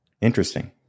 Interesting